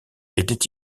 étaient